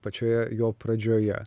pačioje jo pradžioje